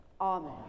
Amen